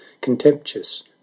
contemptuous